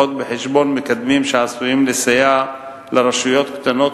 בחשבון מקדמים שעשויים לסייע לרשויות קטנות,